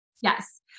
Yes